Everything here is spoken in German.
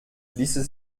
ließe